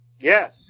Yes